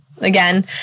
Again